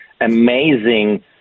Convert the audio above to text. amazing